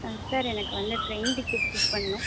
ஆ sir எனக்கு வந்து train ticket book பண்ணணும்